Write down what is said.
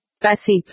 Passive